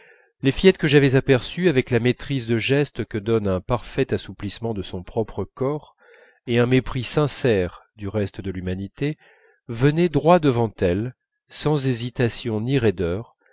les fillettes que j'avais aperçues avec la maîtrise de gestes que donne un parfait assouplissement de son propre corps et un mépris sincère du reste de l'humanité venaient droit devant elles sans hésitation ni raideur